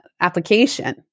application